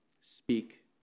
speak